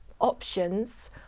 options